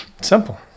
simple